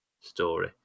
story